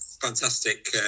fantastic